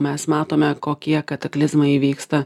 mes matome kokie kataklizmai vyksta